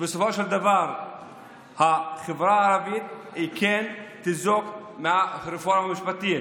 שבסופו של דבר החברה הערבית כן תינזק מהרפורמה המשפטית.